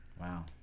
Wow